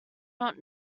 not